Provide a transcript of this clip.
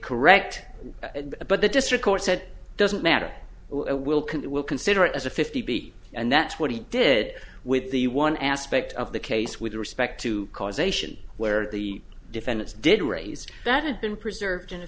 correct but the district court said doesn't matter will can do we'll consider it as a fifty b and that's what he did with the one aspect of the case with respect to causation where the defendants did raise that had been preserved in